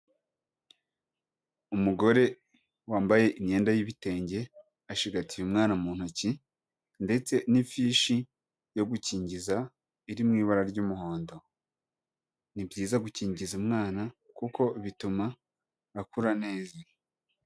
Umugore wambaye imyenda y'ibitenge acigatiye umwana mu ntoki, ndetse n'ifishi yo gukingiza iri mu ibara ry'umuhondo, ni byiza gukingiza umwana kuko bituma akura neza.